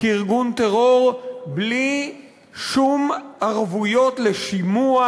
כארגון טרור בלי שום ערבויות לשימוע,